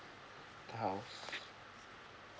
house